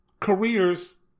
careers